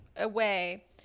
away